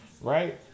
Right